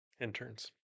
interns